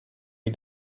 jej